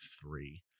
three